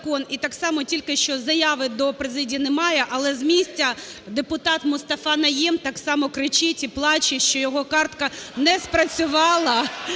І так само тільки що, заяви до президії немає, але з місця депутата Мустафа Найєм, так само кричить і плаче, що його картка не спрацювала…